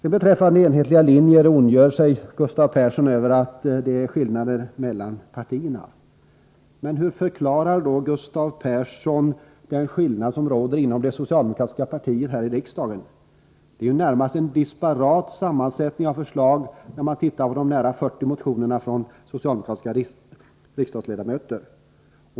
Gustav Persson ondgör sig över att det finns skillnader mellan partierna. Men hur förklarar då Gustav Persson den skillnad som råder inom det socialdemokratiska partiet här i riksdagen? Det är ju närmast en disparat samling av förslag i de nära 40 motionerna från socialdemokratiska ledamöter.